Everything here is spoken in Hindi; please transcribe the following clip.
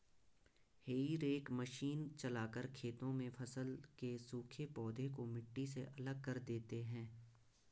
हेई रेक मशीन चलाकर खेतों में फसल के सूखे पौधे को मिट्टी से अलग कर देते हैं